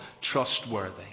trustworthy